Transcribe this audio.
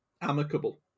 amicable